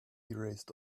erased